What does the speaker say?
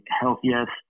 healthiest